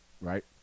Right